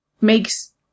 makes